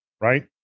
right